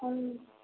हुँ